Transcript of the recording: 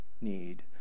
need